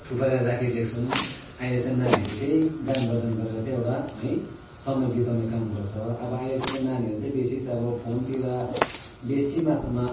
थुपारेर राखिदिएका छौँ अहिले चाहिँ नानीहरूले केही गानभजन गरेर चाहिँ एउटा है समय बिताउने काम गर्छ अब अहिलेको नानीहरू चाहिँ विशेष अब फोनतिर बेसी मात्रामा